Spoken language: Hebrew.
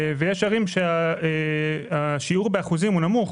ויש ערים שהאחוז אומנם נמוך,